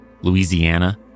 Louisiana